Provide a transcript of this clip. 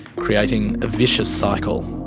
creating a vicious cycle.